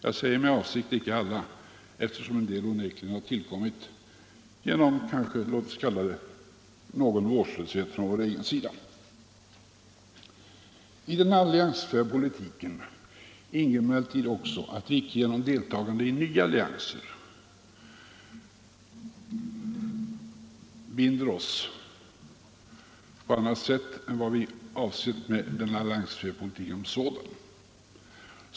Jag säger med avsikt icke alla, eftersom en del onekligen har tillkommit genom låt oss kalla det någon vårdslöshet från vår egen sida. I den alliansfria politiken ingår emellertid också att vi icke genom deltagande i nya allianser binder oss på annat sätt än vi avsett med den alliansfria politiken i och för sig.